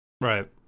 Right